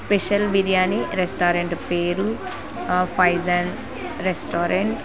special biryani restaurant పేరు Faizan restaurant